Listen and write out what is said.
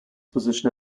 position